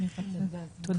תודה.